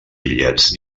bitllets